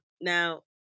Now